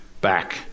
back